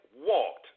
walked